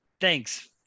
thanks